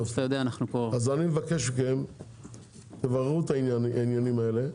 אני מבקש מכם לברר את העניינים האלה,